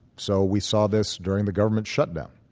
so we saw this during the government shutdown.